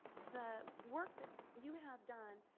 the work that you have done,